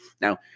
Now